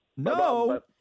No